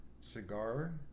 cigar